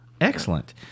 excellent